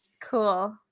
Cool